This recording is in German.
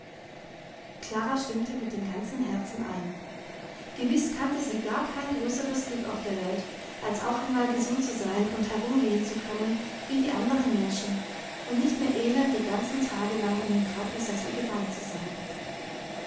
klara stimmte mit dem ganzen herzen ein gewiß kannte sie gar kein größeres glück auf der welt als auch einmal gesund zu sein und herumgehen zu können wie die anderen menschen und nicht mehr elend die ganzen tage lang in den krankensessel gebannt zu sein